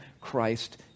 Christ